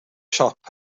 siop